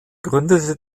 gründete